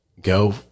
go